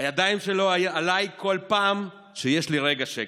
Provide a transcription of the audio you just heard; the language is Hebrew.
הידיים שלו עליי בכל פעם שיש לי רגע שקט.